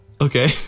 okay